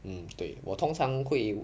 mm 对我通常会